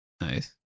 Nice